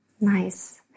Nice